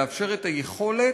לאפשר את היכולת